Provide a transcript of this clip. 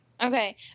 Okay